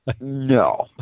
no